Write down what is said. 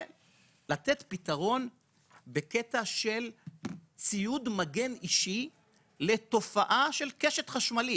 ולתת פתרון בקטע של ציוד מגן אישי לתופעה של קשת חשמלית.